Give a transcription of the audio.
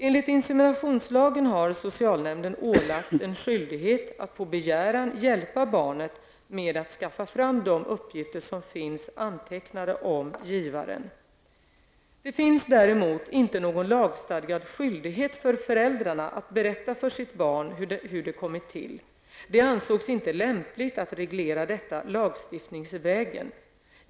Enligt inseminationslagen har socialnämnden ålagts en skyldighet att på begäran hjälpa barnet med att skaffa fram de uppgifter som finns antecknade om givaren. Det finns däremot inte någon lagstadgad skyldighet för föräldrarna att berätta för sitt barn hur det kommit till. Det ansågs inte lämpligt att reglera detta lagstiftningsvägen.